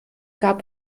gab